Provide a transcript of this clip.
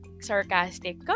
sarcastic